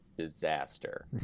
Disaster